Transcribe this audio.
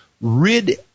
rid